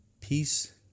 peace